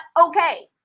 okay